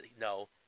No